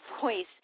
voice